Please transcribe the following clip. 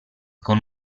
con